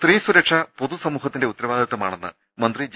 സ്ത്രീ സുരക്ഷ പൊതുസമൂഹത്തിന്റെ ഉത്തരവാദിത്വമാണെന്ന് മന്ത്രി ജെ